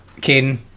Caden